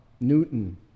Newton